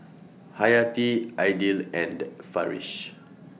Hayati Aidil and Farish